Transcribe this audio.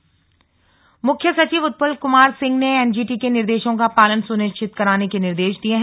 मुख्य सचिव मुख्य सचिव उत्पल कुमार सिंह ने एनजीटी के निर्देशों का पालन सुनिश्चित कराने के निर्देश दिये है